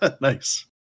Nice